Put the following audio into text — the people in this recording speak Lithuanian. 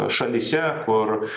šalyse kur